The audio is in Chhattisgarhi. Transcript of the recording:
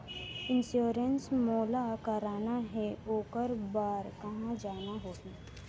इंश्योरेंस मोला कराना हे ओकर बार कहा जाना होही?